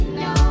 no